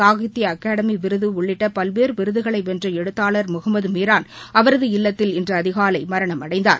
சாகித்ப அகாடமி விருது உள்ளிட்ட பல்வேறு விருதுகளை வென்ற எழுத்தாளர் முகமது மீரான் அவரது இல்லத்தில் இன்று அதிகாலை மரணமடைந்தார்